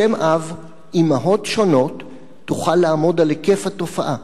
שם אב, אמהות שונות, תוכל לעמוד על היקף התופעה.